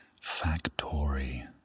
factory